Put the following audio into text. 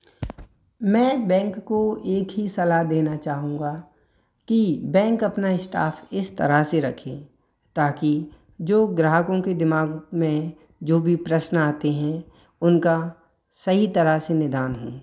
मैं बैंक को एक ही सलाह देना चाहूँगा कि बैंक अपना स्टाफ इस तरह से रखें ताकि जो ग्राहकों के दिमाग़ में जो भी प्रश्न आते हैं उनका सही तरह से निदान हो